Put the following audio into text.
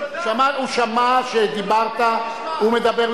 אני חושב שהיטבתי להגדיר אותן,